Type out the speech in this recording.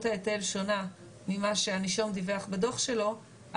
ההיטל שונה ממה שהנישום דיווח בדוח שלו,